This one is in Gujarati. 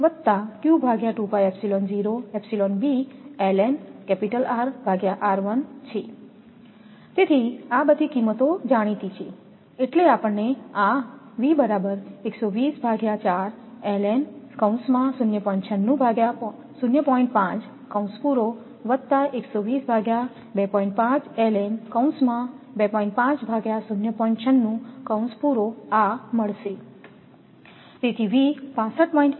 તેથી તેથી આ બધી કિંમતો જાણીતી છે તેથી આપણને આ મળશે તેથી V 65